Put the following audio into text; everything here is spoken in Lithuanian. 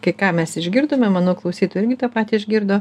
kai ką mes išgirdome manau klausytojai irgi tą patį išgirdo